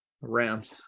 Rams